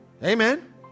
amen